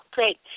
Great